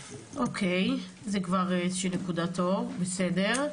אוקיי, זו כבר איזושהי נקודת אור, בסדר.